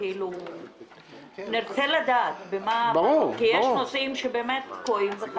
אנחנו נרצה לדעת, כי יש נושאים שבאמת תקועים.